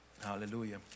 Hallelujah